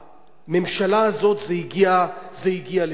ובממשלה הזאת זה הגיע לשיא,